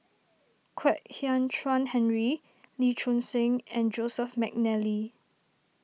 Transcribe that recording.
Kwek Hian Chuan Henry Lee Choon Seng and Joseph McNally